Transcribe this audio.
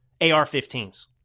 AR-15s